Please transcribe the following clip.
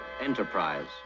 Enterprise